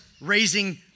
raising